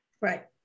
Right